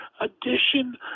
addition